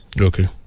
Okay